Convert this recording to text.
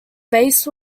base